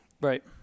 Right